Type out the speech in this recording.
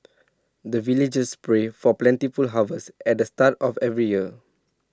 the villagers pray for plentiful harvest at the start of every year